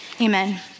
Amen